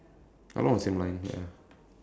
along the same line ya